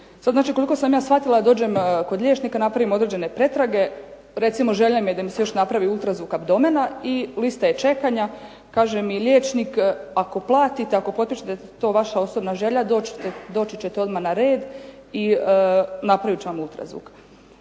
koliko sam ja shvatila ja dođem kod liječnika, napravim određene pretrage, recimo želja mi je da mi se još napravi ultrazvuk abdomena i lista je čekanja, kaže mi liječnik ako platite, ako potpišete da je to vaša osobna želja doći ćete odmah na red i napravit ću vam ultrazvuk.